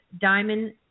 Diamond